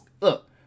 look